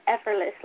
effortlessly